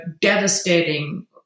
devastating